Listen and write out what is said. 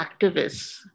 activists